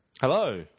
Hello